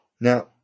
Now